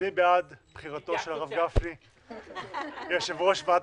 מי בעד בחירתו של הרב גפני ליושב-ראש ועדת